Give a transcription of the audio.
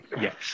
Yes